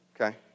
Okay